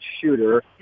shooter